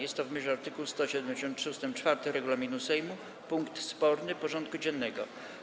Jest to, w myśl art. 173 ust. 4 regulaminu Sejmu, punkt sporny porządku dziennego.